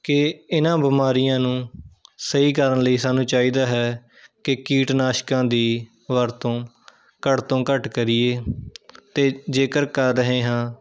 ਕਿ ਇਨ੍ਹਾਂ ਬਿਮਾਰੀਆਂ ਨੂੰ ਸਹੀ ਕਰਨ ਲਈ ਸਾਨੂੰ ਚਾਹੀਦਾ ਹੈ ਕਿ ਕੀਟਨਾਸ਼ਕਾਂ ਦੀ ਵਰਤੋਂ ਘੱਟ ਤੋਂ ਘੱਟ ਕਰੀਏ ਅਤੇ ਜੇਕਰ ਕਰ ਰਹੇ ਹਾਂ